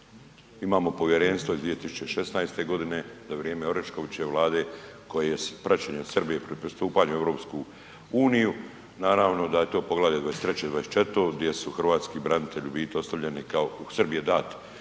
imamo povjerenstvo iz 2016. g. za vrijeme Oreškovićeve Vlade koje je praćenjem Srbije pristupanjem EU, naravno da je to poglavlje 23. i 24. gdje su hrvatski branitelji u biti ostavljeni kao, u Srbiji je dat